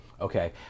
Okay